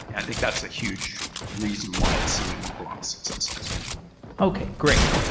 and i think that's a huge reason why it's seeing a lot of success also okay. great.